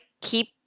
keep